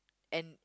and